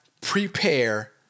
prepare